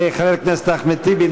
חבר הכנסת אחמד טיבי,